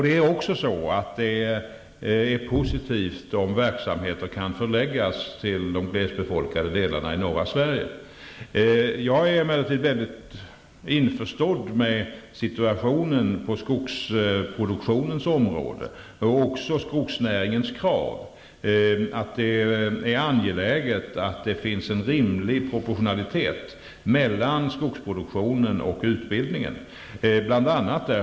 Det är också positivt om verksamheter kan förläggas till de glest befolkade delarna i norra Jag är införstådd med situationen på skogsproduktionens område och med skogsnäringens krav på en rimlig propotionalitet mellan skogsproduktion och utbildning.